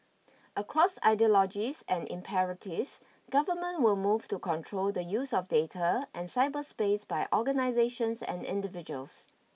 across ideologies and imperatives governments will move to control the use of data and cyberspace by organisations and individuals